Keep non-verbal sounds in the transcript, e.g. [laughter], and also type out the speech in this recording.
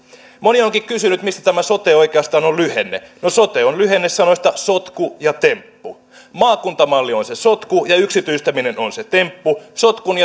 moni onkin kysynyt mistä tämä sote oikeastaan on lyhenne no sote on lyhenne sanoista sotku ja temppu maakuntamalli on se sotku ja yksityistäminen on se temppu sotkun [unintelligible]